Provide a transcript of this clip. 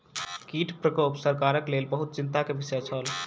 कीट प्रकोप सरकारक लेल बहुत चिंता के विषय छल